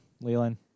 leland